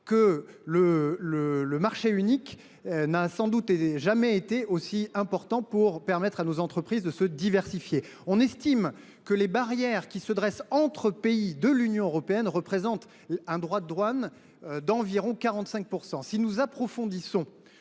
que le marché unique n’a sans doute jamais été aussi important pour permettre à nos entreprises de se diversifier. Les barrières qui se dressent entre les pays de l’Union européenne représenteraient des droits de douane d’environ 45 %.